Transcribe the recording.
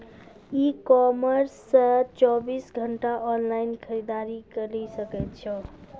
ई commerce से चौबीस घंटा ऑनलाइन खरीदारी करी सकै छो